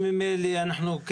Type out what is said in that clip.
שממילא אנחנו,